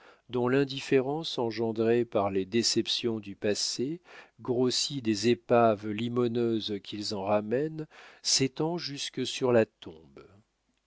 dont l'indifférence engendrée par les déceptions du passé grossie des épaves limoneuses qu'ils en ramènent s'étend jusque sur la tombe